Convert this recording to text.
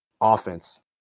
offense